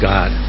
God